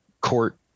court